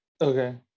okay